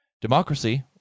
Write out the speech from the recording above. Democracy